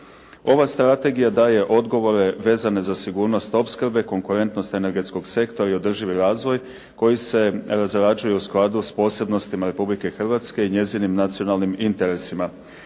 ova strategija daje odgovore vezane za sigurnost opskrbe, konkurentnost energetskog sektora i održivi razvoj koji se razrađuje u skladu s posebnostima Republike Hrvatske i njezinim nacionalnim interesima.